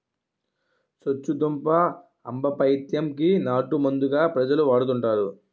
సొచ్చుదుంప ఆంబపైత్యం కి నాటుమందుగా ప్రజలు వాడుతుంటారు